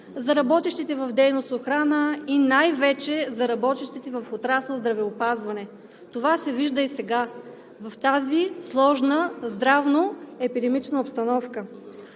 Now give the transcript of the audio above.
за работещите в дейност „Охрана“ и най-вече за работещите в отрасъл „Здравеопазване“. Това се вижда и сега в тази сложна здравно-епидемична обстановка.